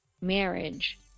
marriage